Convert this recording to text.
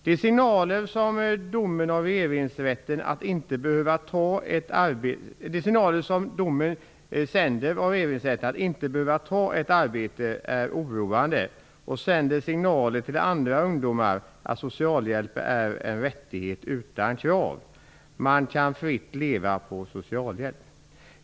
De signaler som domen i Regeringsrätten sänder ut om att man inte behöver ta ett arbete är oroande. Det sänder också signaler till andra ungdomar om att socialhjälp är en rättighet utan krav - man kan fritt leva på socialhjälp.